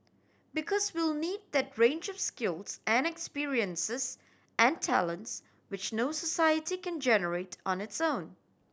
because we'll need that range of skills and experiences and talents which no society can generate on its own